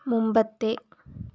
മുമ്പത്തെ